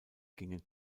gingen